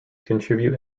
contribute